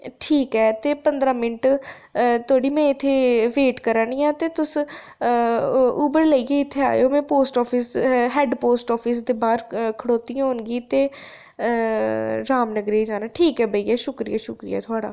ठीक ऐ ते पंद्ररां मिनट धोड़ी में इत्थै बेट करानियां तुस उबर लेइयै इत्थै आए ओ post office head post office खडोती होनी ते रामनगर गी जाना ते ठीक ऐ भाइया शुक्रिया शुक्रिया थोआड़ा